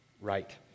right